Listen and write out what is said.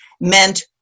meant